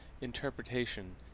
interpretation